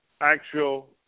actual